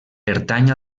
pertany